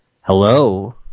Hello